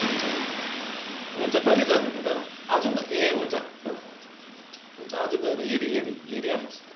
हुन्छ दादा हुन्छ कहिले जानुहुने दादा आज ए हुन्छ दादा हुन्छ हुन्छ हुन्छ आज गएर हेरी हेरी हेरिहाल्नुहोस् त्यहाँ